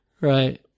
right